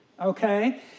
Okay